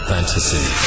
Fantasy